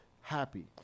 happy